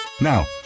Now